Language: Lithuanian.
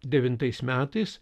devintais metais